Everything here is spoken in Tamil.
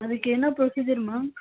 அதுக்கு என்ன ப்ரொசிஜர் மேம்